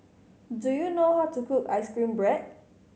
do you know how to cook ice cream bread